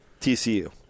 TCU